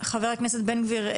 חבר הכנסת בן גביר,